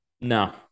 No